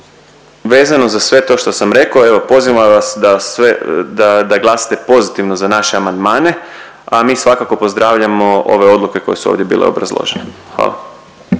Vezano za sve to što sam rekao evo pozivam vas da glasate pozitivno za naše amandmane, a mi svakako pozdravljamo ove odluke koje su ovdje bile obrazložene.